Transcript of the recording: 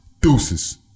deuces